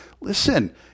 listen